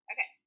Okay